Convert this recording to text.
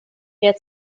der